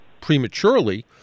prematurely